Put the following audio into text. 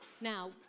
Now